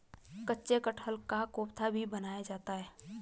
कच्चे कटहल का कोफ्ता भी बनाया जाता है